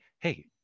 hey